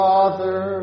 Father